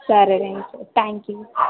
సరేనండి thank you